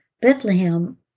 Bethlehem